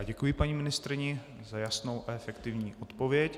Děkuji paní ministryni za jasnou a efektivní odpověď.